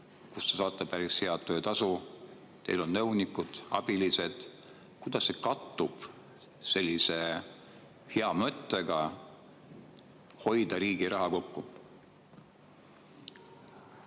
– te saate päris head töötasu, teil on nõunikud, abilised –, kattub sellise hea mõttega: hoida riigi raha kokku?